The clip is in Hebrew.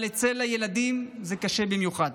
אבל אצל ילדים זה קשה במיוחד.